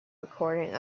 recording